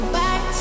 back